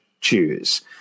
Choose